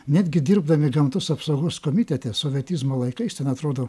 netgi dirbdami gamtos apsaugos komitete sovietizmo laikais ten atrodo